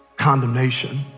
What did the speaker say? condemnation